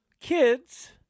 Kids